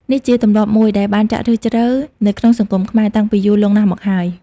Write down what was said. នេះជាទម្លាប់មួយ ដែលបានចាក់ឫសជ្រៅនៅក្នុងសង្គមខ្មែរ តាំងពីយូរលង់ណាស់មកហើយ។